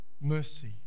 mercy